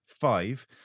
five